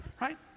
Right